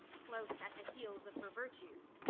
close at the heels of her virtues.